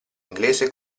inglese